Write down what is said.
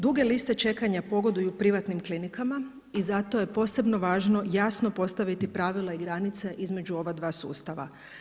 Duge liste čekanja pogoduju privatnim klinikama i za to je posebno važno jasno postaviti pravila i granice između ova dva sustava.